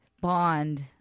bond